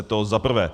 To zaprvé.